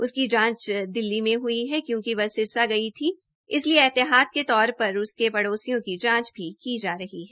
उसकी जांच दिल्ली में हई है क्योंकि वह सिरसा गई थी इसलिए एहतियात के तौर पर उसे पड़ोसियों की जांच भी की जा रही है